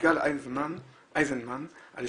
אנחנו